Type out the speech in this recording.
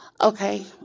Okay